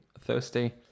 thursday